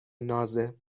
نازه